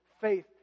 faith